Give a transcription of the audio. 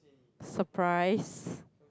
surprise